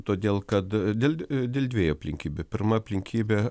todėl kad dėl dėl dviejų aplinkybių pirma aplinkybė